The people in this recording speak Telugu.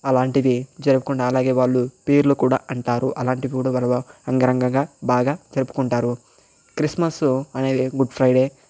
అలాంటివి జరుపుకుంటారు అలాగే వాళ్ళు పీర్లు కూడా అంటారు అలాంటి పండుగలు అంగరంగగా బాగా జరుపుకుంటారు క్రిస్మస్ అనేది గుడ్ ఫ్రైడే